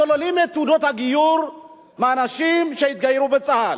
שוללים את תעודות הגיור מאנשים שהתגיירו בצה"ל.